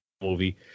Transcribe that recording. movie